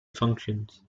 functions